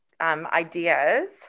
ideas